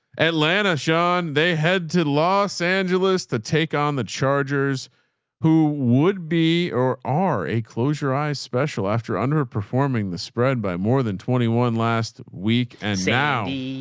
atlanta, sean. they head to los angeles to take on the chargers who would be, or are a close your eyes special after underperforming the spread by more than twenty one last week and now